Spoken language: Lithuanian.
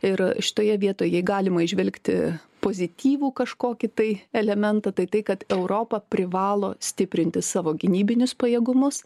ir šitoje vietoje jei galima įžvelgti pozityvų kažkokį tai elementą tai tai kad europa privalo stiprinti savo gynybinius pajėgumus